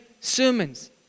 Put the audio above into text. sermons